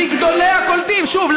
מגדולי הקולטים, שוב.